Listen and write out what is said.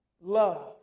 love